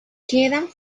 quedan